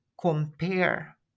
compare